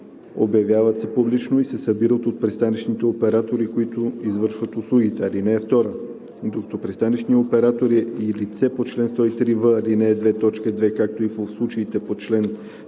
обявяват се публично и се събират от пристанищните оператори, които извършват услугите. (2) Когато пристанищният оператор е и лице по чл. 103в, ал. 2, т. 2, както и в случаите на чл.